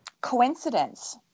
coincidence